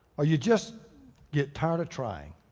or you just get tired of trying.